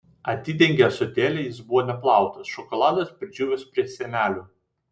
atidengė ąsotėlį jis buvo neplautas šokoladas pridžiūvęs prie sienelių